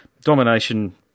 Domination